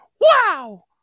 Wow